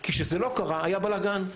כי כשזה לא קרה היה בלגן.